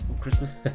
Christmas